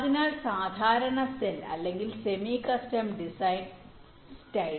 അതിനാൽ സാധാരണ സെൽ അല്ലെങ്കിൽ സെമി കസ്റ്റം ഡിസൈൻ സ്റ്റൈൽ